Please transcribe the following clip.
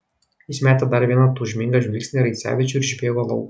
jis metė dar vieną tūžmingą žvilgsnį į raicevičių ir išbėgo lauk